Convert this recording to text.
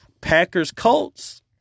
Packers-Colts